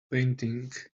painting